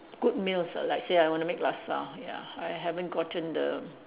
good meals ah like say I want to make laksa ya I haven't gotten the